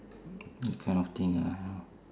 that kind of thing ah